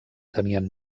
tenien